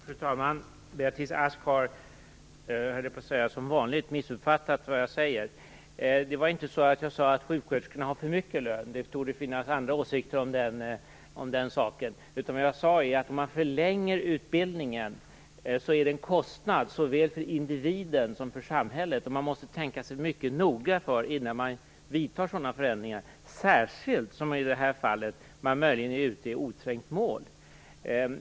Fru talman! Beatrice Ask har - som vanligt, höll jag på att säga - missuppfattat vad jag säger. Jag sade inte att sjuksköterskorna har för mycket i lön. Det torde finnas andra åsikter om den saken. Vad jag sade var att om man förlänger utbildningen så är det en kostnad såväl för individen som för samhället. Man måste tänka sig mycket noga för innan man vidtar sådana förändringar, särskilt som man i det här fallet möjligen är ute i oträngt mål.